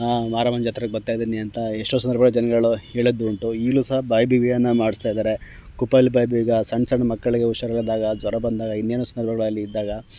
ಮಾರಮ್ಮನ ಜಾತ್ರೆಗೆ ಬರ್ತಾ ಇದ್ದೀನಿ ಅಂತ ಎಷ್ಟೋ ಸಂದರ್ಭಗಳಲ್ಲಿ ಜನಗಳು ಹೇಳಿದ್ದೂ ಉಂಟು ಈಗಲೂ ಸಹ ಬಾಯಿ ಬೀಗನ ಮಾಡಿಸ್ತಾ ಇದ್ದಾರೆ ಕುಪಲ್ ಬಾಯಿ ಬೀಗ ಸಣ್ಣ ಸಣ್ಣ ಮಕ್ಕಳಿಗೂ ಹುಷಾರು ಇಲ್ಲದಾಗ ಜ್ವರ ಬಂದಾಗ ಇನ್ನೇನೊ ಸಂದರ್ಭಗಳು ಅಲ್ಲಿ ಇದ್ದಾಗ